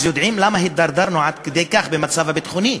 אז יודעים למה הידרדרנו עד כדי כך במצב הביטחוני.